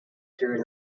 through